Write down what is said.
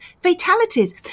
fatalities